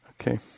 Okay